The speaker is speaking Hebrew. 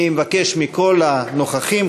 אני מבקש מכל הנוכחים,